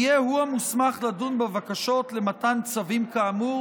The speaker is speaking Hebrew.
יהיה המוסמך לדון בבקשות למתן צווים כאמור